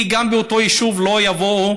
כי גם באותו יישוב לא יבואו,